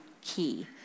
key